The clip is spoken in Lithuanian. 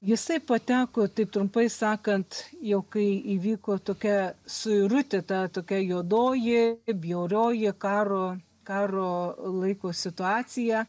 jisai pateko taip trumpai sakant jau kai įvyko tokia suirutė ta tokia juodoji bjaurioji karo karo laiko situacija